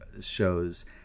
shows